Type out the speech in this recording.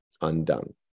undone